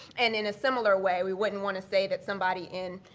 and in a similar way, we wouldn't want to say that somebody in,